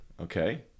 Okay